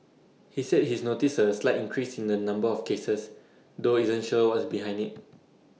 he said he's noticed A slight increase in the number of cases though isn't sure what's behind IT